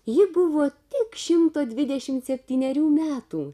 ji buvo tik šimto dvidešimt septynerių metų